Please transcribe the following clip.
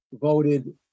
voted